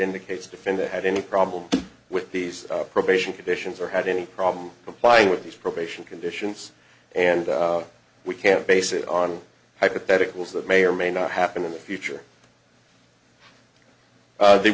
indicates defendant had any problem with these probation conditions or had any problem complying with these probation conditions and we can't base it on hypotheticals that may or may not happen in the future